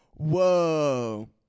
whoa